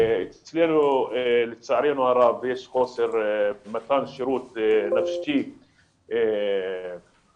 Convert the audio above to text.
אצלנו, לצערנו הרב, יש חוסר במתן שירות נפשי מאוד